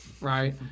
right